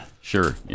Sure